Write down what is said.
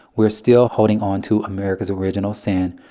we're still holding onto america's original sin,